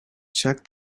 check